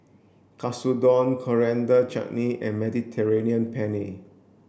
Katsudon Coriander Chutney and Mediterranean Penne